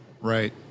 Right